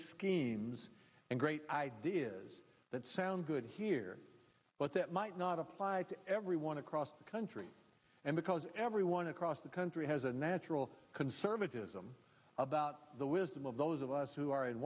schemes and great ideas that sound good here but that might not apply to everyone across the country and because everyone across the country has a natural conservatism about the wisdom of those of us who are in